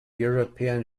european